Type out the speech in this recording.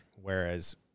Whereas